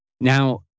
Now